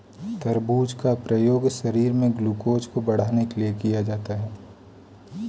तरबूज का प्रयोग शरीर में ग्लूकोज़ को बढ़ाने के लिए किया जाता है